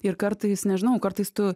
ir kartais nežinau kartais tu